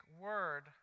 word